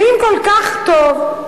ואם כל כך טוב,